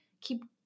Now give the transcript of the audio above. keep